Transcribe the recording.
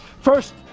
First